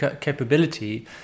capability